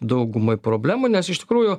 daugumai problemų nes iš tikrųjų